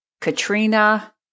Katrina